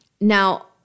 Now